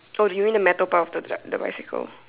oh you mean the metal part of the bicycle